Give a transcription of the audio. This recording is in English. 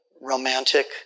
Romantic